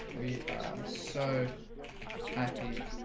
we are so happy